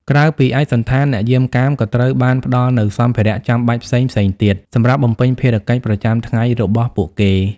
ក្រៅពីឯកសណ្ឋាន អ្នកយាមកាមក៏ត្រូវបានផ្តល់នូវ សម្ភារៈចាំបាច់ផ្សេងៗទៀត សម្រាប់បំពេញភារកិច្ចប្រចាំថ្ងៃរបស់ពួកគេ។